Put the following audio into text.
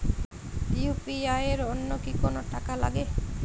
UPI এর জন্য কি কোনো টাকা লাগে?